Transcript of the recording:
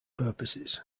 purposes